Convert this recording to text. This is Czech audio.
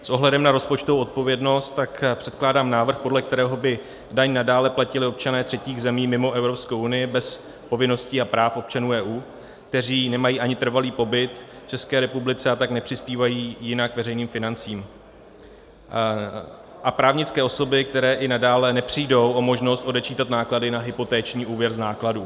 S ohledem na rozpočtovou odpovědnost předkládám návrh, podle kterého by daň nadále platili občané třetích zemí mimo Evropskou unii bez povinností a práv občanů EU, kteří nemají ani trvalý pobyt v České republice, a tak nepřispívají jinak veřejným financím, a právnické osoby, které i nadále nepřijdou o možnost odečítat náklady na hypoteční úvěr z nákladů.